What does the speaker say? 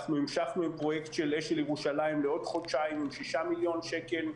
אנחנו המשכנו עם פרויקט של "אשל ירושלים" לעוד חודשיים עם 6 מיליון שקל.